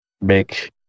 make